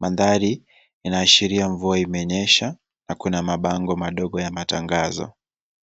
Mandhari inaashiria mvua imenyesha na kuna mabango madogo ya matangazo.